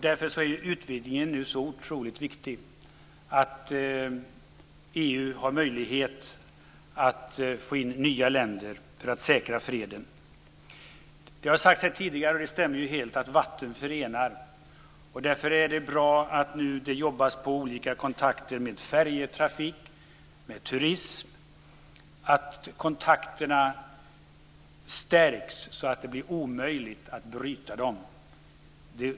Därför är utvidgningen nu så otroligt viktig: att EU har möjlighet att få in nya länder för att säkra freden. Det har sagts här tidigare, och det stämmer helt, att vatten förenar. Därför är det bra att det nu jobbas med olika kontakter, med färjetrafik och med turism, och att kontakterna stärks så att det blir omöjligt att bryta dem.